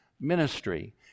ministry